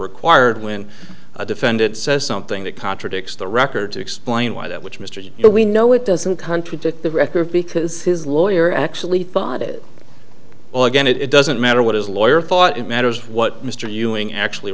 required when a defendant says something that contradicts the record to explain why that which mr we know it doesn't contradict the record because his lawyer actually thought it all again it doesn't matter what his lawyer thought it matters what mr ewing actually